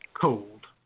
cold